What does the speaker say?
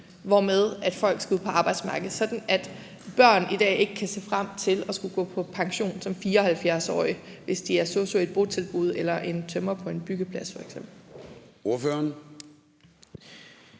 hvormed folk skal ud på arbejdsmarkedet, sådan at børn i dag ikke kan se frem til at skulle gå på pension som 74-årige, hvis de er sosu-assistent i et botilbud eller en tømrer på en byggeplads f.eks.